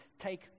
take